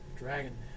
Dragon